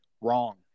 wrong